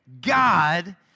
God